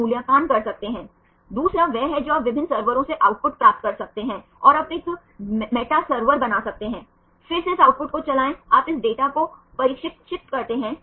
आप यहां से देख सकते हैं कि यह एन एच है और यह सी ओ है राइट आप हाइड्रोजन बांड देख सकते हैं यह हाइड्रोजन बंधन है आप हाइड्रोजन बांड देख सकते हैं